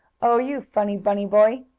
oh, you funny bunny boy!